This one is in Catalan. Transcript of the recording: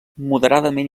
moderadament